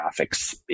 graphics